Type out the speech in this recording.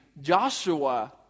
Joshua